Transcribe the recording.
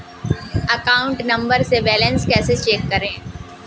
Account number से balance कैसे check करें?